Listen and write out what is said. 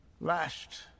lashed